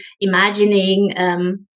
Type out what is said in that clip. imagining